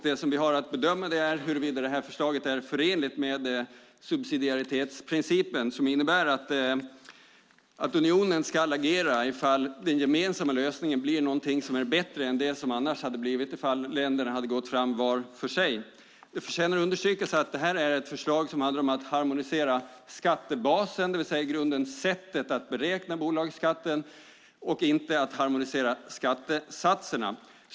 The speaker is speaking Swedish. Det som vi har att bedöma är huruvida förslaget är förenligt med subsidiaritetsprincipen, som innebär att unionen ska agera ifall den gemensamma lösningen blir bättre än det som hade blivit ifall länderna hade gått fram var för sig. Det förtjänar att understrykas att det här är ett förslag som handlar om att harmonisera skattebasen, det vill säga i grunden sättet att beräkna bolagsskatten, inte om att harmonisera skattesatserna.